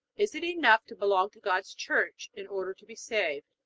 is it enough to belong to god's church in order to be saved?